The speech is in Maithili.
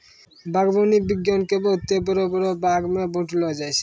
बागवानी विज्ञान के बहुते बड़ो बड़ो भागमे बांटलो जाय छै